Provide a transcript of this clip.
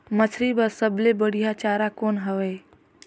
मछरी बर सबले बढ़िया चारा कौन हवय?